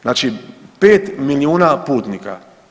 Znači 5 milijuna putnika.